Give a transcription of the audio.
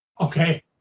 Okay